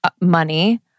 money